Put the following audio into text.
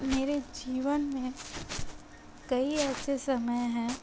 मेरे जीवन में कई ऐसे समय हैं